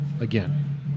again